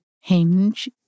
Hinge